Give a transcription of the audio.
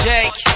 Jake